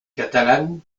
catalane